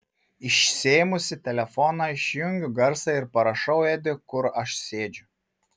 išsiėmusi telefoną išjungiu garsą ir parašau edi kur aš sėdžiu